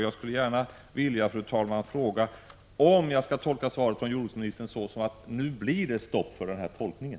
Jag skulle gärna, fru talman, vilja fråga om jag skall tolka jordbruksministerns svar så, att denna torkning nu stoppas.